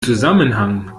zusammenhang